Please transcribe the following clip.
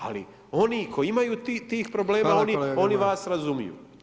Ali oni koji imaju tih problema, oni vas razumiju.